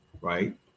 right